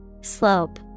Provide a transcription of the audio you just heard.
Slope